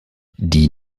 die